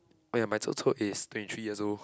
oh ya my chou-chou is twenty three years old